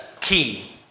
key